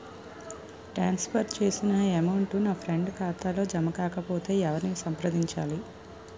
ట్రాన్స్ for చేసిన amount నా friend ఖాతాలో జమ కాకపొతే ఎవరిని సంప్రదించాలి?